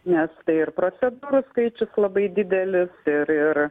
nes tai ir procedūrų skaičius labai didelis ir ir